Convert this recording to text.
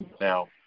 Now